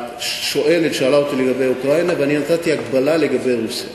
השואלת שאלה אותי לגבי אוקראינה ואני נתתי הקבלה לגבי רוסיה,